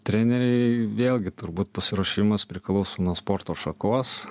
treneriai vėlgi turbūt pasiruošimas priklauso nuo sporto šakos